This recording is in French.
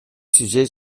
sujet